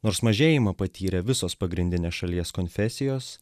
nors mažėjimą patyrė visos pagrindinės šalies konfesijos